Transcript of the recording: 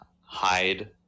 hide